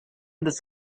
this